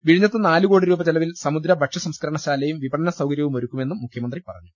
വിഴിഞ്ഞത്ത് നാല് കോടി രൂപ ചെലവിൽ സമുദ്ര ഭക്ഷ്യ സംസ്കരണ ശാലയും വിപണനസൌകര്യവുമൊരു ക്കുമെന്നും മുഖ്യമന്ത്രി പറഞ്ഞു